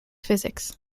physics